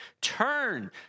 Turn